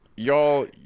Y'all